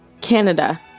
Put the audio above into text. Canada